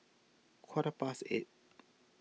quarter past eight